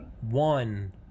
One